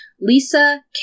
Lisa